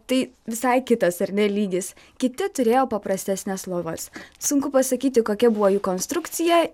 tai visai kitas ar ne lygis kiti turėjo paprastesnes lovas sunku pasakyti kokia buvo jų konstrukcija